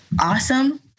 awesome